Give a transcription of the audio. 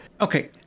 okay